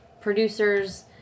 producers